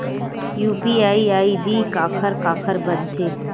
UPI ID काखर काखर बनथे?